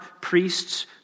priests